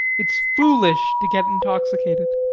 it's foolish to get intoxicated.